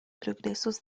progresos